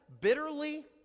bitterly